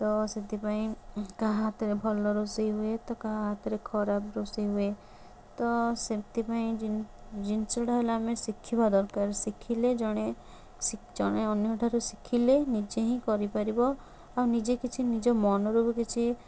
ତ ସେଥିପାଇଁ କାହା ହାତରେ ଭଲ ରୋଷେଇ ହୁଏ ତ କାହା ହାତରେ ଖରାପ ରୋଷେଇ ହୁଏ ତ ସେଥିପାଇଁ ଜିନ ଜିନିଷଟା ହେଲା ଆମେ ଶିଖିବା ଦରକାର ଶିଖିଲେ ଜଣେ ଜଣେ ଅନ୍ୟ ଠାରୁ ଶିଖିଲେ ନିଜେ ହିଁ କରିପାରିବ ଆଉ ନିଜେ କିଛି ନିଜ ମନରୁ ବି କିଛି